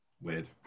Weird